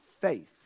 faith